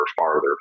farther